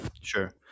Sure